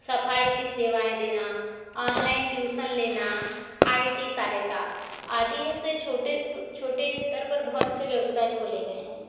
सफाई की सेवाएँ देना ऑनलाइन ट्यूशन लेना आई टी सहायता आदि छोटे स्तर पर बहुत से व्यवसाय खोले गए हैं